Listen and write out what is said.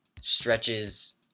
stretches